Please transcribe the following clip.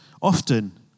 often